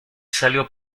salió